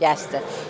Jeste.